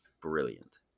brilliant